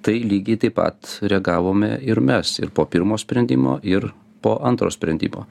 tai lygiai taip pat reagavome ir mes ir po pirmo sprendimo ir po antro sprendimo